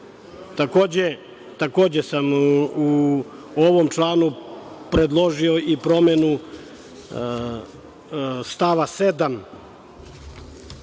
članom. Takođe sam u ovom članu predložio i promenu stava 7.